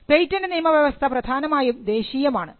patent നിയമവ്യവസ്ഥ പ്രധാനമായും ദേശീയം ആണ്